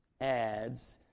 adds